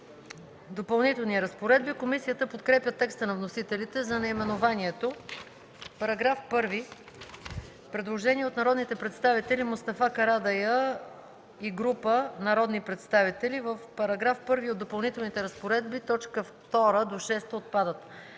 „Допълнителни разпоредби”. Комисията подкрепя текста на вносителите за наименованието. Предложение от народния представител Мустафа Карадайъ и група народни представители: „В § 1 от Допълнителните разпоредби т. 2-6 отпадат.”